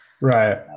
right